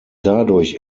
dadurch